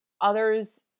others